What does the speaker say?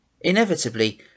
Inevitably